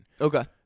Okay